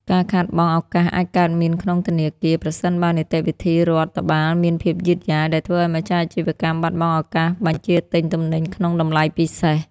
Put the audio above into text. ការខាតបង់ឱកាសអាចកើតមានក្នុងធនាគារ ប្រសិនបើនីតិវិធីរដ្ឋបាលមានភាពយឺតយ៉ាវ ដែលធ្វើឱ្យម្ចាស់អាជីវកម្មបាត់បង់ឱកាសបញ្ជាទិញទំនិញក្នុងតម្លៃពិសេស។